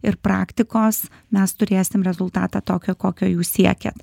ir praktikos mes turėsim rezultatą tokio kokio jūs siekiat